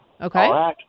Okay